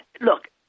look